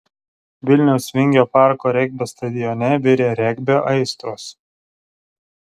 vilniaus vingio parko regbio stadione virė regbio aistros